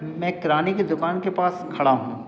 मैं किराने की दुकान के पास खड़ा हूँ